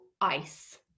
ice